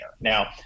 Now